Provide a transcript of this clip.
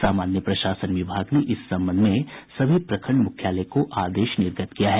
सामान्य प्रशासन विभाग ने इस संबंध में सभी प्रखंड मुख्यालय को आदेश निर्गत कर दिया है